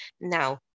Now